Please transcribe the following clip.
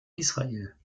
israel